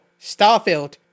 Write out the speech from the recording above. Starfield